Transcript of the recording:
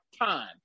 time